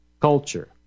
culture